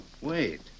Wait